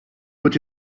put